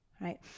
right